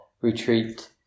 retreat